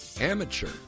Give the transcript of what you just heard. amateur